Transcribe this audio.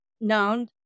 known